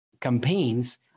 campaigns